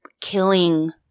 killing